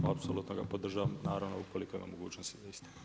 Apsolutno ga podržavam naravno ukoliko je u mogućnosti